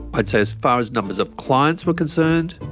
i'd say as far as numbers of clients were concerned,